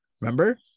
Remember